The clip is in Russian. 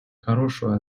хорошую